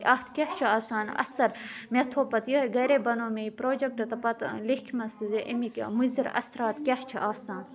اَتھ کیٛاہ چھُ آسان اَثَر مےٚ تھوٚو پَتہٕ یِہَے گَرے بَنوو مےٚ یہِ پرٛوجَیکٹہٕ تہٕ پَتہٕ لیٚکھۍمَس زِ اَمِکۍ مُضِر اَثرات کیٛاہ چھِ آسان